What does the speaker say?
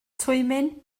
twymyn